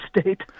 state